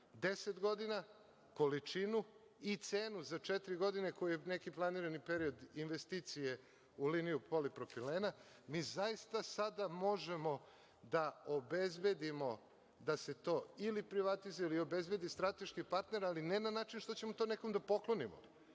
10 godina, količinu i cenu za četiri godine koju je neki planirani period investicije u liniju polipropilena, mi zaista sada možemo da obezbedimo da se to ili privatizuje ili obezbedi strateški partner, ali ne na način što ćemo to nekom da poklonimo,